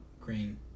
Green